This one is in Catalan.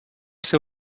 ser